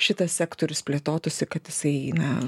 šitas sektorius plėtotųsi kad jisai na